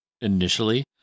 initially